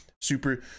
Super